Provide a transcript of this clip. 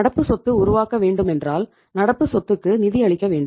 நடப்பு சொத்து உருவாக்க வேண்டுமென்றால் நடப்பு சோத்துக்கு நிதி அளிக்க வேண்டும்